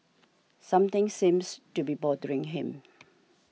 something seems to be bothering him